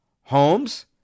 homes